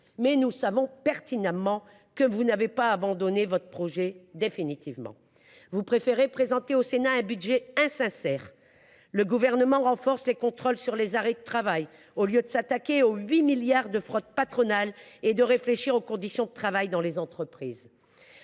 mais nous savons pertinemment qu’il n’a pas définitivement abandonné son projet. Il préfère présenter au Sénat un budget insincère ! Le Gouvernement renforce les contrôles sur les arrêts de travail au lieu de s’attaquer aux 8 milliards d’euros de fraude patronale et de réfléchir aux conditions de travail dans les entreprises.